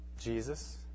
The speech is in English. Jesus